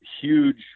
huge